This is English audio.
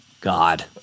God